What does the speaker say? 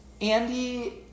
Andy